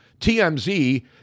TMZ